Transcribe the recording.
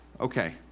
Okay